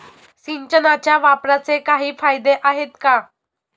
सिंचनाच्या वापराचे काही फायदे आहेत का?